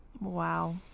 Wow